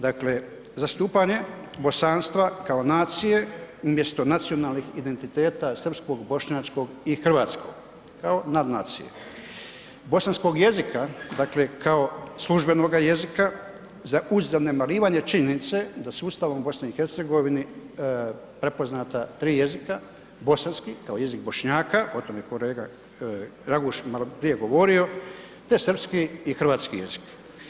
Dakle, zastupanje bosanstva kao nacije umjesto nacionalnih identiteta srpskog, bošnjačkog i hrvatskog kao nadnacije, bosanskog jezika dakle službenoga jezika uz zanemarivanje činjenice da su Ustavom u BiH-u prepoznata tri jezika, bosanski kao jezik Bošnjaka, o tome je kolega Raguž maloprije govorio te srpski i hrvatski jezik.